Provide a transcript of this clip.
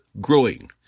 growing